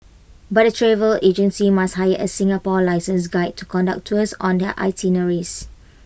but the travel agencies must hire A Singapore licensed guide to conduct tours on their itineraries